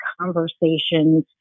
conversations